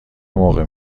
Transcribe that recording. موقع